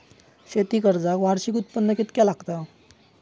शेती कर्जाक वार्षिक उत्पन्न कितक्या लागता?